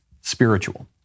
spiritual